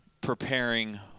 preparing